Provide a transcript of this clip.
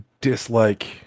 dislike